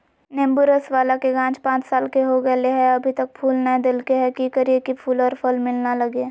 नेंबू रस बाला के गाछ पांच साल के हो गेलै हैं अभी तक फूल नय देलके है, की करियय की फूल और फल मिलना लगे?